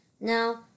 Now